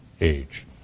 age